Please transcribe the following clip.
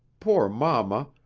poor mama!